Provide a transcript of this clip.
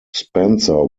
spencer